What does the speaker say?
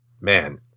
man